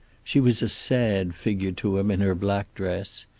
she was a sad figure to him in her black dress.